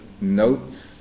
notes